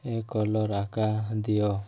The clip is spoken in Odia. ଏ କଲର୍ ଆକା ଦିଅ